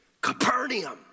Capernaum